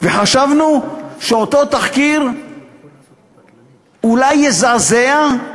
וחשבנו שאותו תחקיר אולי יזעזע,